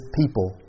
people